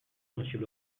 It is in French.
monsieur